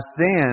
sin